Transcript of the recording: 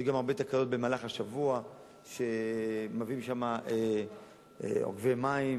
יש גם הרבה תקלות במהלך השבוע שמביאים לשם עוקבי מים